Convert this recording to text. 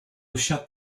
shut